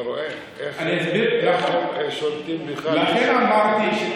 אתה רואה איך הם שולטים בך בלי שתרגיש?